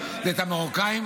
את המרוקאים.